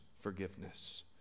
forgiveness